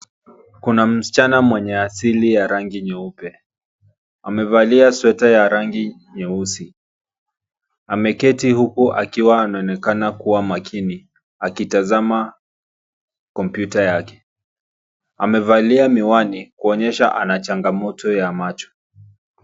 Kuna msichana mwenye asili ya rangi nyeupe amevalia sweta ya rangi nyeusi, Ameketi huku akiwa anaonekana kuwa makini akitazama kompyuta yake. Amevalia miwani kuonyesha ana changamoto ya macho.